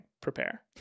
prepare